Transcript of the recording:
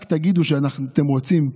רק תגידו שאתם רוצים.